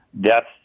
deaths